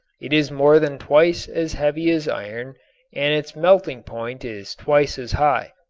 it is more than twice as heavy as iron and its melting point is twice as high.